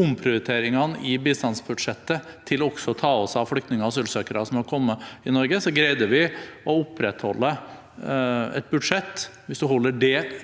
omprioriteringene i bistandsbudsjettet til også å ta oss av flyktninger og asylsøkere som har kommet til Norge, greide vi å opprettholde et budsjett – hvis man holder